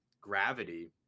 gravity